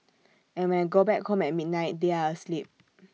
and when I go back home at midnight they are asleep